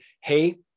hey